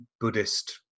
Buddhist